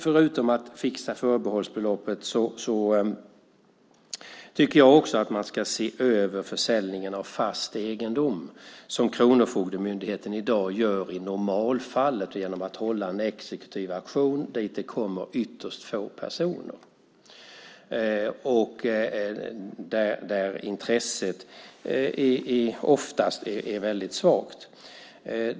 Förutom att fixa förbehållsbeloppet tycker jag också att man ska se över försäljningen av fast egendom, som Kronofogdemyndigheten i dag gör i normalfallet genom att hålla en exekutiv auktion dit det kommer ytterst få personer och där intresset oftast är väldigt svagt.